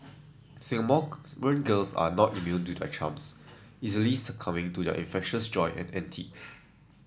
girls are not immune to their charms easily succumbing to their infectious joy and antics